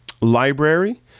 library